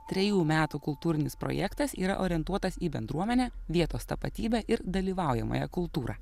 trejų metų kultūrinis projektas yra orientuotas į bendruomenę vietos tapatybę ir dalyvaujamąją kultūrą